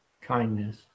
kindness